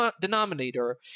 denominator